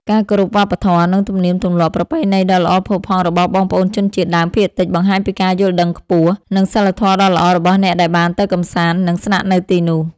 ការគោរពវប្បធម៌ និង ទំនៀមទម្លាប់ប្រពៃណីដ៏ល្អផូរផង់របស់បងប្អូនជនជាតិដើមភាគតិចបង្ហាញពីការយល់ដឹងខ្ពស់ និង សីលធម៌ដ៏ល្អរបស់អ្នកដែលបានទៅកម្សាន្ត និង ស្នាក់នៅទីនោះ។